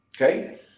Okay